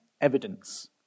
evidence